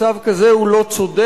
מצב כזה הוא לא צודק.